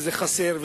וזה חסר,